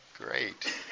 Great